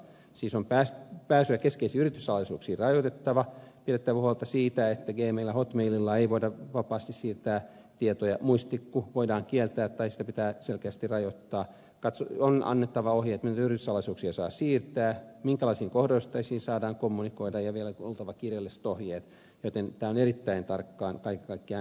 siis on pääsyä keskeisiin yrityssalaisuuksiin rajoitettava pidettävä huolta siitä että gmaililla hotmaililla ei voida vapaasti siirtää tietoja muistitikku voidaan kieltää tai sitä pitää selkeästi rajoittaa on annettava ohjeet miten yrityssalaisuuksia saa siirtää minkälaisiin kohdeosoitteisiin saadaan kommunikoida ja vielä oltava kirjalliset ohjeet joten tämä on erittäin tarkkaan kaiken kaikkiaan säädeltyä